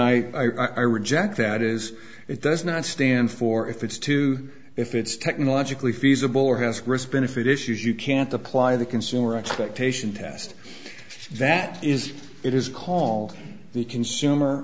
i reject that is it does not stand for if it's too if it's technologically feasible or has been if it issues you can't apply the consumer expectation test that is it is call the consumer